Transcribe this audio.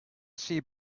sea